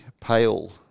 Pale